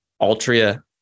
Altria